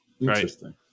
Interesting